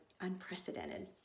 unprecedented